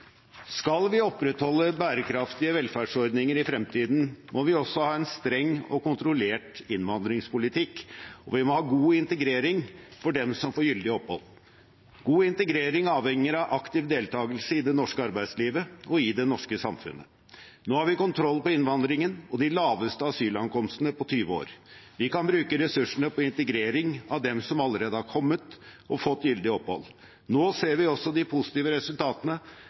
Skal vi opprettholde bærekraftige velferdsordninger i fremtiden, må vi også ha en streng og kontrollert innvandringspolitikk, og vi må ha god integrering for dem som får gyldig opphold. God integrering avhenger av aktiv deltakelse i det norske arbeidslivet og i det norske samfunnet. Nå har vi kontroll på innvandringen og de laveste asylankomstene på 20 år. Vi kan bruke ressursene på integrering av dem som allerede har kommet og fått gyldig opphold. Nå ser vi også de positive resultatene